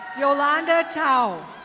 yolanda tow.